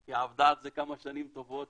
היא עבדה על זה כמה שנים טובות